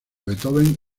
beethoven